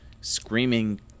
screaming